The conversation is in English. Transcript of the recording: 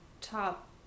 top